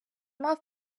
мав